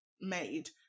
made